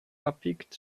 abbiegt